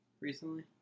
recently